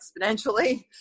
exponentially